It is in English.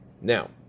Now